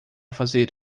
fazer